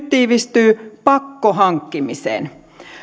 tiivistyy nyt pakkohankkimiseen